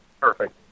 Perfect